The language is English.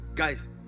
Guys